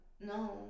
No